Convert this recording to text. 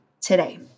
today